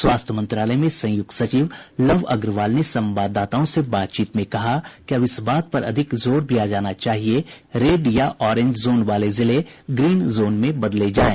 स्वास्थ्य मंत्रालय में संयुक्त सचिव लव अग्रवाल ने संवाददाताओं से बातचीत में कहा कि अब इस बात पर अधिक जोर दिया जाना चाहिए कि रेड या ऑरेंज जोन वाले जिले ग्रीन जोन में बदलें